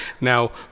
now